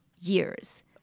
years